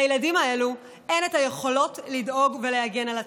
לילדים האלה אין יכולות לדאוג לעצמם ולהגן על עצמם.